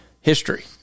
history